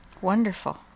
Wonderful